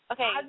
Okay